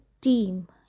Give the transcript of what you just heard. team